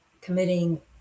committing